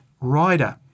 rider